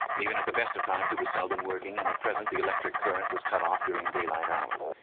even at the best of times it was seldom working, and at present the electric current was cut off during daylight hours.